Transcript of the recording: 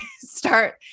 start